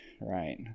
Right